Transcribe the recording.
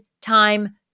time